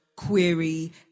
query